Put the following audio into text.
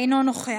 אינו נוכח,